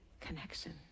connection